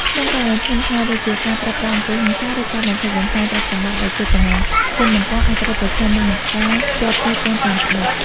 ក្នុងករណីធ្ងន់ធ្ងរ ដូចជាការប្រើប្រាស់អំពើហិង្សា ឬការបំផ្លិចបំផ្លាញទ្រព្យសម្បត្តិដោយចេតនា ជនបង្កអាចត្រូវប្រឈមមុខនឹងការជាប់ទោសទណ្ឌតាមច្បាប់។